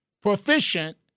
proficient